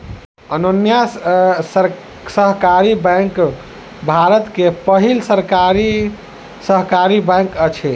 Anyonya Sahakari bank Bharat के पहिल सहकारी बैंक अछि